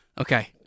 Okay